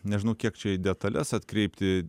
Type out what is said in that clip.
nežinau kiek čia į detales atkreipti